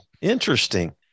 interesting